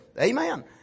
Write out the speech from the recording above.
Amen